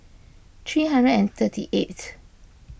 three hundred and thirty eighth